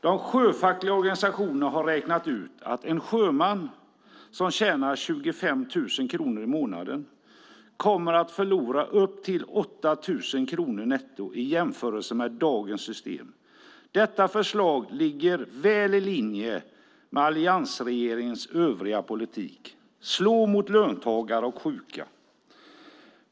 De sjöfackliga organisationerna har räknat ut att en sjöman som tjänar 25 000 kronor i månaden kommer att förlora upp till 8 000 kronor netto i jämförelse med dagens system. Detta förslag ligger väl i linje med alliansregeringens övriga politik - att slå mot löntagare och sjuka.